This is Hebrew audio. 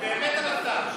באמת או זה סתם?